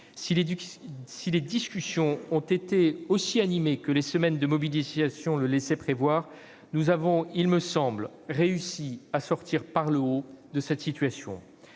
Si les discussions ont été aussi animées que les semaines de mobilisation le laissaient prévoir, nous avons, il me semble, réussi à sortir par le haut de cette situation.